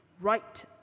right